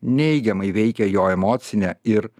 neigiamai veikia jo emocinę ir